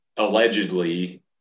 Allegedly